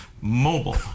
Mobile